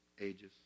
ages